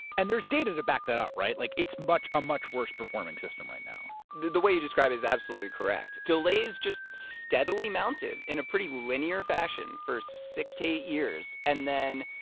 and there's data to back that up, right? like, it's a much worse performing system right now. the the way you described it is absolutely correct. delays just steadily mounted, in a pretty linear fashion, for six to eight years. and then,